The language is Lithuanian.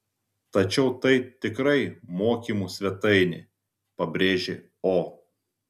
tačiau tai tikrai mokymų svetainė pabrėžė o